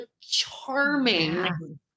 charming